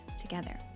together